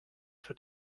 for